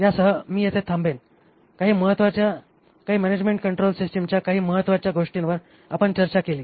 यासह मी येथे थांबेन काही मॅनॅजमेन्ट कंट्रोल सिस्टिमच्या काही महत्वाच्या गोष्टींवर आपण चर्चा केली